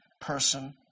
person